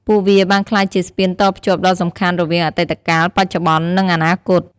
ពួកវាបានក្លាយជាស្ពានតភ្ជាប់ដ៏សំខាន់រវាងអតីតកាល បច្ចុប្បន្ន និងអនាគត។